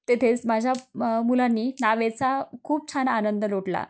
तेथेच माझ्या मुलांनी नावेचा खूप छान आनंद लुटला